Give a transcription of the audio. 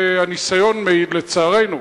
לצערנו,